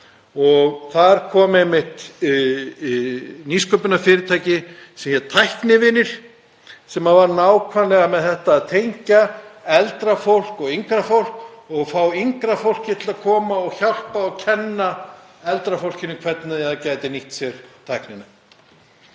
og þar kom einmitt nýsköpunarfyrirtæki sem hét Tæknivinir sem var nákvæmlega með þetta, að tengja eldra fólk og yngra fólk og fá yngra fólkið til að koma og hjálpa og kenna eldra fólkinu hvernig það gæti nýtt sér tæknina.